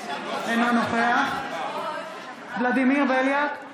אינו נוכח ולדימיר בליאק,